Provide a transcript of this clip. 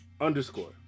underscore